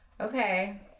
okay